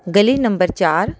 ਗਲੀ ਨੰਬਰ ਚਾਰ